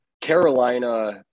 Carolina